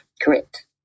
Correct